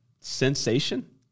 sensation